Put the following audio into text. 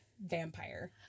vampire